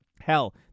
Hell